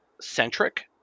centric